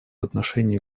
отношении